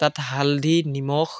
তাত হালধি নিমখ